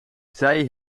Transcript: zij